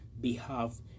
behalf